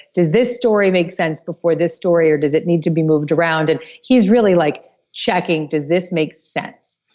does this story make sense before this story or does it need to be moved around? and he's really like checking does this make sense,